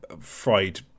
fried